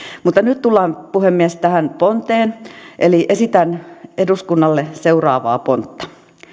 mutta nyt tullaan puhemies tähän ponteen eli esitän eduskunnalle seuraavaa pontta